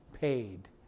paid